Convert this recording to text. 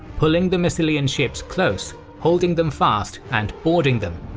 pulling the massilian ships close, holding them fast and boarding them.